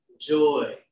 joy